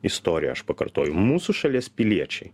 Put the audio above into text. istorijo aš pakartoju mūsų šalies piliečiai